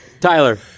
Tyler